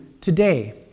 today